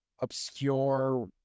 obscure